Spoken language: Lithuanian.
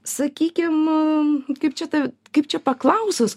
sakykim kaip čia ta kaip čia paklausus